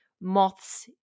moths